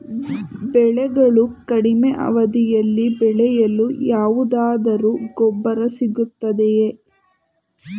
ಬೆಳೆಗಳು ಕಡಿಮೆ ಅವಧಿಯಲ್ಲಿ ಬೆಳೆಯಲು ಯಾವುದಾದರು ಗೊಬ್ಬರ ಸಿಗುತ್ತದೆಯೇ?